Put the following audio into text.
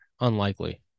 unlikely